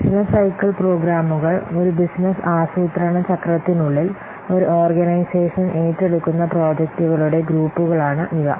business cycle പ്രോഗ്രാമുകൾ ഒരു business ആസൂത്രണ ചക്രത്തിനുള്ളിൽ ഒരു ഓർഗനൈസേഷൻ ഏറ്റെടുക്കുന്ന പ്രോജക്റ്റുകളുടെ ഗ്രൂപ്പുകളാണ് ഇവ